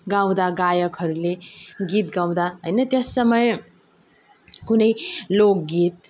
गाउँदा गायकहरूले गीत गाउँदा त्यस समय कुनै लोकगीत